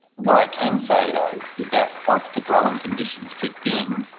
what i can say though, is that once the growing conditions kicked in,